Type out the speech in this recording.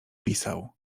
pisał